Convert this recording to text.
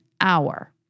hour